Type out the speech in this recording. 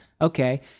okay